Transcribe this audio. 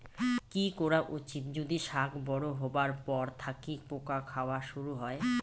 কি করা উচিৎ যদি শাক বড়ো হবার পর থাকি পোকা খাওয়া শুরু হয়?